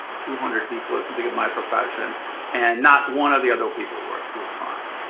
two hundred people or something of my profession and not one of the other people were was crying.